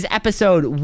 episode